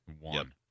One